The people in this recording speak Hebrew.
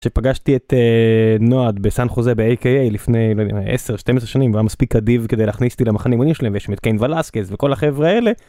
פגשתי את נועד בסן חוזה ב-AKA לפני 10 12 שנים והוא היה מספיק אדיב כדי להכניס אותי למחנה אימונים שלהם ויש שם את קיין ולסקז וכל החברה האלה.